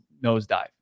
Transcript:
nosedive